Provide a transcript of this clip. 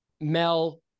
Mel